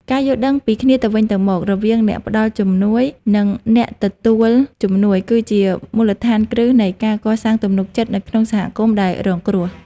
ការយល់ដឹងពីគ្នាទៅវិញទៅមករវាងអ្នកផ្តល់ជំនួយ និងអ្នកទទួលជំនួយ គឺជាមូលដ្ឋានគ្រឹះនៃការកសាងទំនុកចិត្តនៅក្នុងសហគមន៍ដែលរងគ្រោះ។